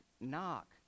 knock